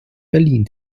berlin